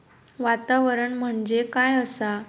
वातावरण म्हणजे काय असा?